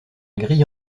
grille